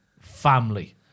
family